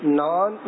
non